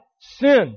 sin